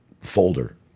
Folder